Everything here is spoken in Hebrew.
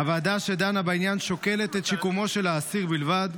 הוועדה שדנה בעניין שוקלת את שיקומו של האסיר בלבד.